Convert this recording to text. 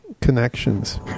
connections